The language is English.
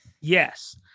Yes